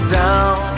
down